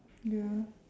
ya